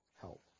help